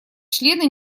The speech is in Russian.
члены